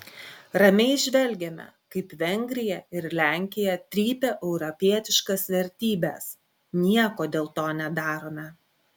ramiai žvelgiame kaip vengrija ir lenkija trypia europietiškas vertybes nieko dėl to nedarome